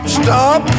stop